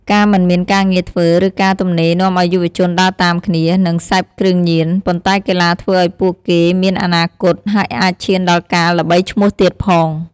ការមិនមានការងារធ្វើ ឬការទំនេរនាំឲ្យយុវជនដើរតាមគ្នា និងសេពគ្រឿងញៀន ប៉ុន្តែកីឡាធ្វើឲ្យពួកគេមានអនាគត ហើយអាចឈានដល់ការល្បីឈ្មោះទៀតផង។